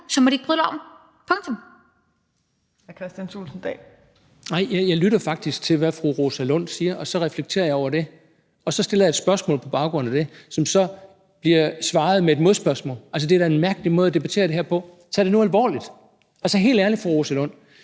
Thulesen Dahl (DF): Nej, jeg lytter faktisk til, hvad fru Rosa Lund siger, og så reflekterer jeg over det. Så stiller jeg et spørgsmål på baggrund af det, som så bliver besvaret med et modspørgsmål. Det er da en mærkelig måde at debattere det her på. Tag det nu alvorligt. Helt ærligt, fru Rosa Lund,